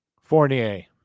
fournier